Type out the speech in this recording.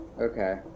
Okay